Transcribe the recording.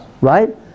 Right